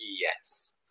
Yes